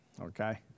okay